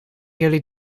jullie